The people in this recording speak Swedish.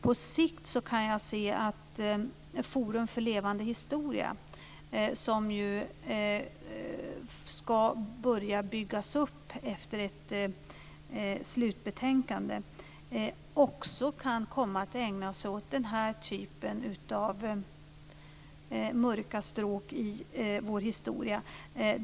På sikt kan jag se att Forum för levande historia, som ju ska börja byggas upp efter ett slutbetänkande, också kan komma att ägna sig åt den här typen av mörka stråk i vår historia.